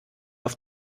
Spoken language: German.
auf